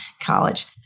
college